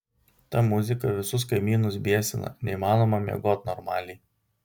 ta muzika visus kaimynus biesina neįmanoma miegot normaliai